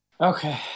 Okay